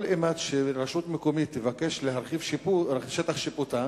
כל אימת שרשות מקומית תבקש להרחיב את שטח שיפוטה